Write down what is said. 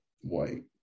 white